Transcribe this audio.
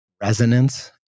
resonance